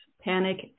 panic